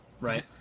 Right